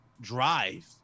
drive